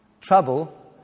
Trouble